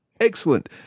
Excellent